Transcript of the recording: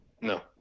No